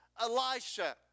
Elisha